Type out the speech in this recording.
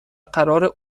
قراره